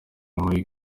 muri